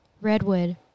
Redwood